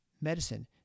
medicine